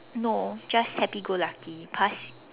no just happy go lucky pass